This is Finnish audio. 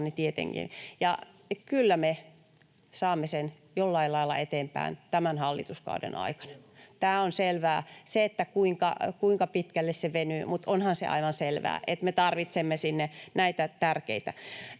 kyllä me saamme sen jollain lailla eteenpäin tämän hallituskauden aikana. Tämä on selvää. Katsotaan, kuinka pitkälle se venyy, mutta onhan se aivan selvää, että me tarvitsemme näitä tärkeitä